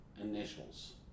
initials